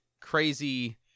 crazy